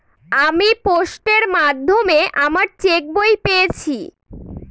আমি পোস্টের মাধ্যমে আমার চেক বই পেয়েছি